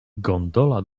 gondola